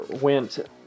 went